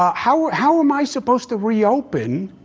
um how how am i supposed to reopen,